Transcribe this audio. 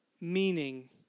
meaning